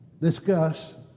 discuss